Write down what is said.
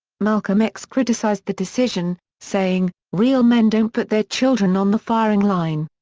malcolm x criticized the decision, saying, real men don't put their children on the firing line.